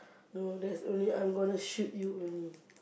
no there's only I'm gonna shoot you only